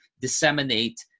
disseminate